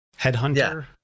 headhunter